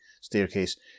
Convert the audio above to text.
staircase